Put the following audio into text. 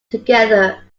together